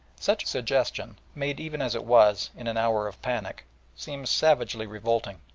such a suggestion, made, even as it was, in an hour of panic seems savagely revolting.